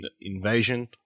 Invasion